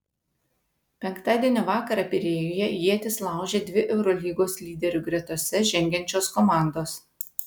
penktadienio vakarą pirėjuje ietis laužė dvi eurolygos lyderių gretose žengiančios komandos